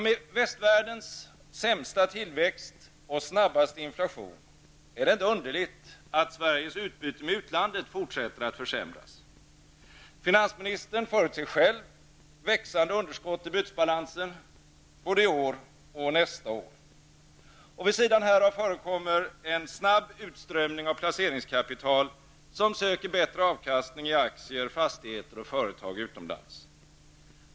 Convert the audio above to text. Med västvärldens sämsta tillväxt och snabbaste inflation är det inte underligt att Sveriges utbyte med utlandet fortsätter att försämras. Finansministern förutser själv växande underskott i bytesbalansen både i år och nästa år. Vid sidan härav förekommer en snabb utströmning av placeringskapital. Man söker bättre avkastning i aktier, fastigheter och företag utomlands.